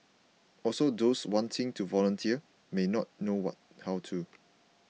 also those wanting to volunteer may not know how to